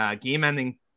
game-ending